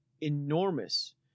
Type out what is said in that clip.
enormous